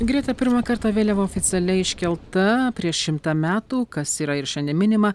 greta pirmą kartą vėliava oficialiai iškelta prieš šimtą metų kas yra ir šiandien minima